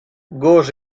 gos